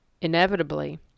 inevitably